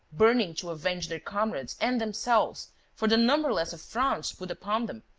burning to avenge their comrades and themselves for the numberless affronts put upon them,